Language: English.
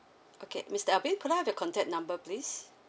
okay mister alvin could I have your contact number please